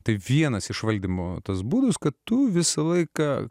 tai vienas iš valdymo tas būdas kad tu visą laiką